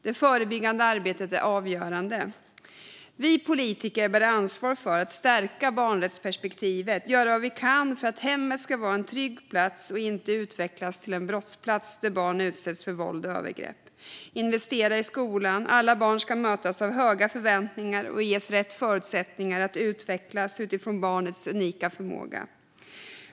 Det förebyggande arbetet är avgörande. Vi politiker bär ett ansvar för att stärka barnrättsperspektivet, för att göra vad vi kan för att hemmet ska vara en trygg plats och inte utvecklas till en brottsplats där barn utsätts för våld och övergrepp och för att investera i skolan, där alla barn ska mötas av höga förväntningar och ges rätt förutsättningar att utvecklas utifrån sin unika förmåga.